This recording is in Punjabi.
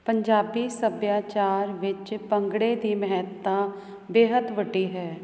ਪੰਜਾਬੀ ਸੱਭਿਆਚਾਰ ਵਿੱਚ ਭੰਗੜੇ ਦੀ ਮਹੱਤਤਾ ਬੇਹੱਦ ਵੱਡੀ ਹੈ